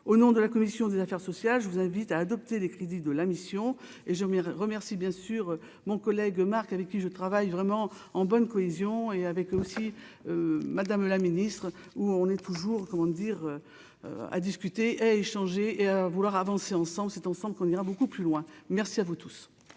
au nom de la commission des affaires sociales, je vous invite à adopter les crédits de la mission et j'aimerais remercier bien sûr mon collègue Marc avec qui je travaille vraiment en bonne cohésion et avec aussi, madame la Ministre, où on est toujours, comment dire, à discuter, échanger et vouloir avancer ensemble, c'est ensemble qu'on ira beaucoup plus loin, merci à vous tous.